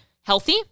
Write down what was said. healthy